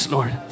Lord